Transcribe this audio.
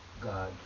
God